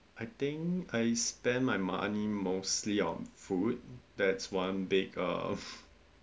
I think I spend my money mostly on food that's one big uh